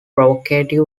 provocative